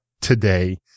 today